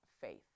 Faith